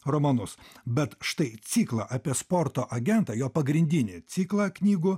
romanus bet štai ciklą apie sporto agentą jo pagrindinį ciklą knygų